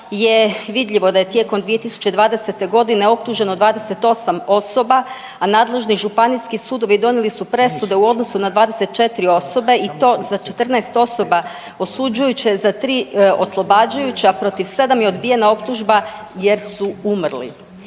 je vidljivo da je tijekom 2020. godine optuženo 28 osoba, a nadležni županijski sudovi donijeli su presude u odnosu na 24 osobe i to za 14 osoba osuđujuće, za 3 oslobađajuće, a protiv 7 je odbijena optužba jer su umrli.